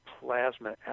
plasma